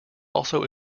also